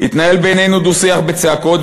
התנהל בינינו דו-שיח בצעקות,